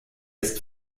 ist